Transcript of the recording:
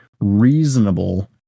reasonable